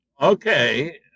okay